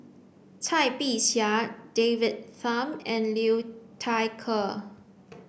Cai Bixia David Tham and Liu Thai Ker